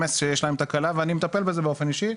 שיש להם תקלה ואני מטפל בזה באופן אישי,